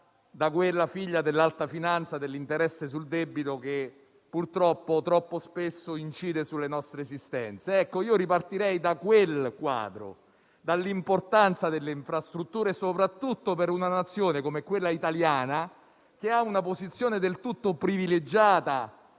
da quella figlia dell'alta finanza e dell'interesse sul debito, che, purtroppo, troppo spesso incide sulle nostre esistenze. Ripartirei da quel quadro, dall'importanza delle infrastrutture, soprattutto per una Nazione, come quella italiana, che ha una posizione del tutto privilegiata,